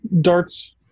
darts